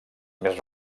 més